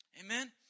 Amen